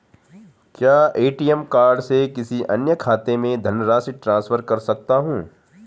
क्या ATM card से किसी अन्य खाते में धनराशि ट्रांसफर कर सकता हूँ?